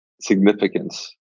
significance